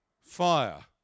fire